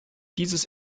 dieses